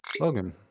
Logan